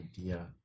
idea